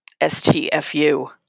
STFU